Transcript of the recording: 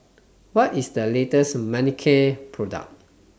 What IS The latest Manicare Product